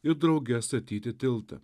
ir drauge statyti tiltą